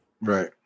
Right